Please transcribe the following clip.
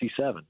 1967